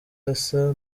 asa